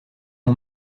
bon